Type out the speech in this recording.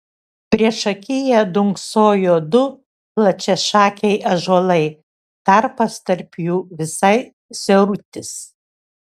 priešakyje dunksojo du plačiašakiai ąžuolai tarpas tarp jų visai siaurutis